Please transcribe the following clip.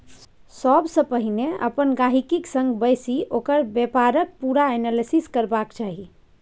सबसँ पहिले अपन गहिंकी संग बैसि ओकर बेपारक पुरा एनालिसिस करबाक चाही